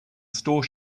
store